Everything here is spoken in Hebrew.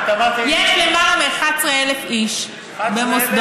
את אמרת לי, יש יותר מ-11,000 איש במוסדות.